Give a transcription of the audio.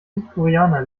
südkoreaner